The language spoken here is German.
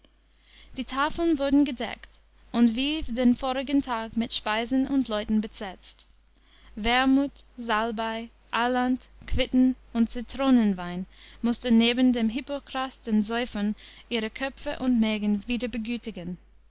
die tafeln wurden gedeckt und wie den vorigen tag mit speisen und leuten besetzt wermut salbei alant quitten und zitronenwein mußte neben dem hippokras den säufern ihre köpfe und mägen wieder begütigen